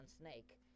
snake